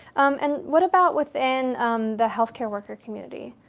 and what about within the healthcare worker community?